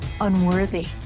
unworthy